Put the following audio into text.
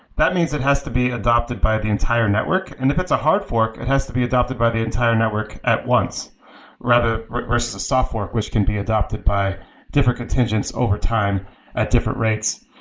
that means it has to be adopted by the entire network, and if it's a hard fork, it has to be adopted by the entire network at once versus the software, which can be adopted by different contingence overtime at different rates.